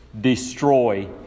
destroy